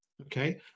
Okay